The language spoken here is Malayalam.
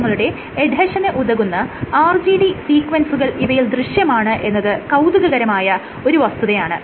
കോശങ്ങളുടെ എഡ്ഹെഷന് ഉതകുന്ന RGD സീക്വൻസുകൾ ഇവയിൽ ദൃശ്യമാണ് എന്നത് കൌതുകകരമായ ഒരു വസ്തുതയാണ്